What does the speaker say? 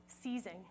seizing